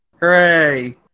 Hooray